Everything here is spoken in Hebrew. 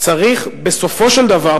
צריך בסופו של דבר,